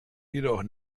jedoch